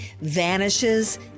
vanishes